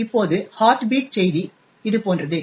இப்போது heart beat செய்தி இதுபோன்றது